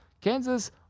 Kansas